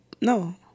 no